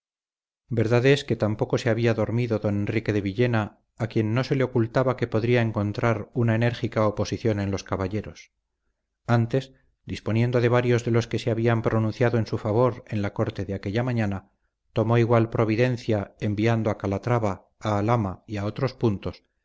verdad es que tampoco se había dormido don enrique de villena a quien no se le ocultaba que podría encontrar una enérgica oposición en los caballeros antes disponiendo de varios de los que se habían pronunciado en su favor en la corte de aquella mañana tomó igual providencia enviando a calatrava a alhama y a otros puntos